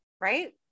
right